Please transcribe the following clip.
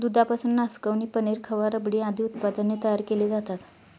दुधापासून नासकवणी, पनीर, खवा, रबडी आदी उत्पादने तयार केली जातात